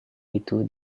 itu